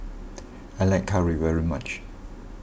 I like curry very much